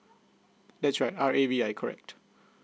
that's right R A V I correct